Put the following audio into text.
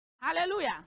Hallelujah